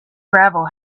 gravel